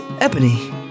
Ebony